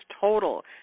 total